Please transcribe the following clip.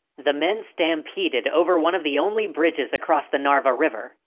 the men stampeded over one of the only bridges across the narva river.